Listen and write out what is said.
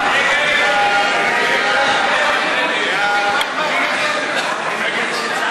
סיעת המחנה הציוני להביע אי-אמון